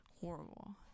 horrible